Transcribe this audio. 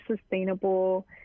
sustainable